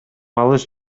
алыш